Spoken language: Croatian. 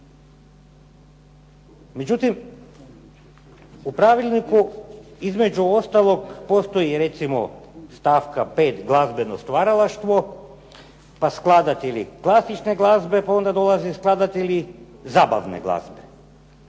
Međutim, u pravilniku između ostaloga postoji recimo stavka 5. glazbeno stvaralaštvo, pa skladatelji klasične glazbe, pa onda dolaze skladatelji zabavne glazbe.